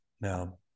Now